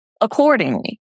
accordingly